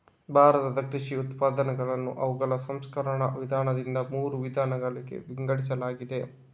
ಭಾರತದ ಕೃಷಿ ಉತ್ಪನ್ನಗಳನ್ನು ಅವುಗಳ ಸಂಸ್ಕರಣ ವಿಧಾನದಿಂದ ಮೂರು ವಿಧಗಳಾಗಿ ವಿಂಗಡಿಸಲಾಗಿದೆ